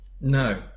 No